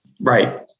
Right